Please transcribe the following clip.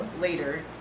later